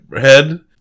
head